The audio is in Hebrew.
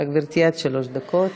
בבקשה, גברתי, עד שלוש דקות.